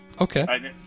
okay